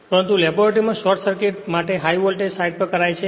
પરંતુ લેબોરેટરી માં short circuit test high voltage side પર કરાય છે